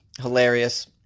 hilarious